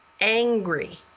angry